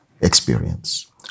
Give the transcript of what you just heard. experience